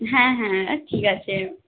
হ্যাঁ হ্যাঁ আর ঠিক আছে